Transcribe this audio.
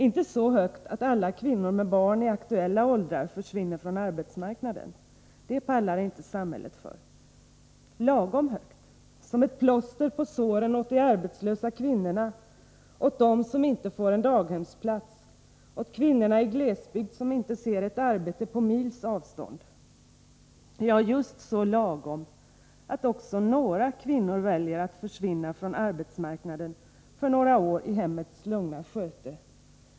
Inte så högt att alla kvinnor med barn i aktuella åldrar försvinner från arbetsmarknaden — det pallar inte samhället för. Lagom högt —- som ett plåster på såren åt de arbetslösa kvinnorna, åt dem som inte får en daghemsplats, åt de kvinnor i glesbygd som inte ser ett arbete på mils avstånd. Ja, just så lagom att också några kvinnor väljer att försvinna från arbetsmarknaden för några år i hemmets lugna sköte.